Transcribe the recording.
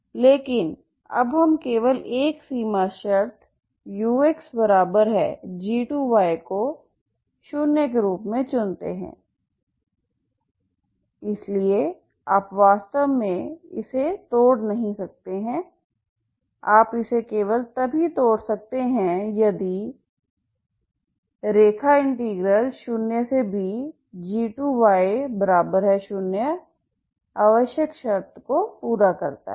लेकिन अब हम केवल एक सीमा शर्त uxg2 को शून्य के रूप में चुनते हैं इसलिए आप वास्तव में इसे तोड़ नहीं सकते हैं आप इसे केवल तभी तोड़ सकते हैं यदि 0bg2 0 आवश्यक शर्त को पूरा करता है